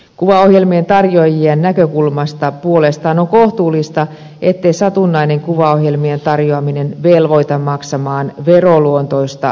kuvaohjelmien tarjoajien näkökulmasta on puolestaan kohtuullista ettei satunnainen kuvaohjelmien tarjoaminen velvoita maksamaan veroluonteista valvontamaksua